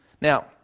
Now